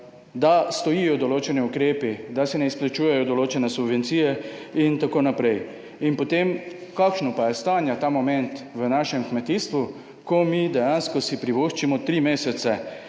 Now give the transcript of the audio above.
Da stojijo določeni ukrepi, da se ne izplačujejo določene subvencije, itn. In potem, kakšno pa je stanje ta moment v našem kmetijstvu, ko mi dejansko si privoščimo tri mesece